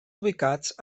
ubicats